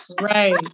Right